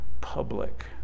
public